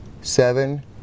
Seven